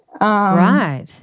Right